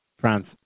France